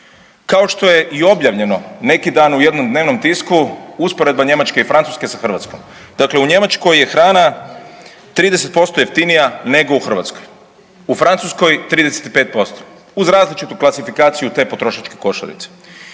Kao što je i objavljeno neki dan u jednom dnevnom tisku, usporedba Njemačke i Francuske sa Hrvatskom. Dakle u Njemačkoj je hrana 30% jeftinija nego u Hrvatskoj, u Francuskoj 35% uz različitu klasifikaciju te potrošačke košarice.